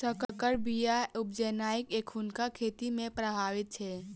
सँकर बीया उपजेनाइ एखुनका खेती मे प्रभावी छै